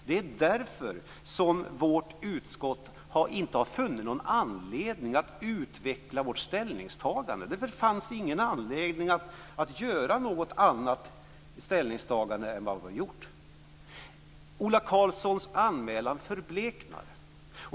Det är därför som vårt utskott inte har funnit någon anledning att utveckla vårt ställningstagande. Det fanns ingen anledning att göra något annat ställningstagande än det vi har gjort. Ola Karlssons anmälan förbleknar.